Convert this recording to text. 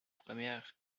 première